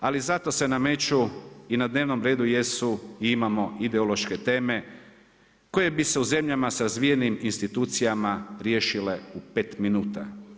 Ali zato se nameću i na dnevnom redu jesu i imamo ideološke teme koje bi se u zemljama sa razvijenim institucijama riješile u 5 minuta.